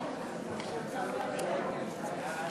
ההצעה להעביר את הצעת חוק בתי-המשפט